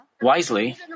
wisely